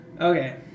Okay